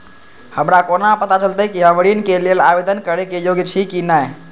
हमरा कोना पताा चलते कि हम ऋण के लेल आवेदन करे के योग्य छी की ने?